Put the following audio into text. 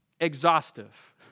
exhaustive